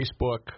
Facebook